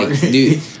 dude